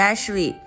Ashley